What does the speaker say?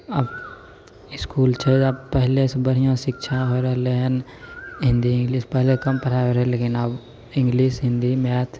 अब इसकुल छै आब पहिले से बढ़िआँ शिक्षा हो रहलै हन हिन्दी इंग्लिश पहिले कम पढ़ाइ होइ रहलै लेकिन आब इंग्लिश हिन्दी मैथ